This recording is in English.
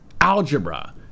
Algebra